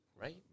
Right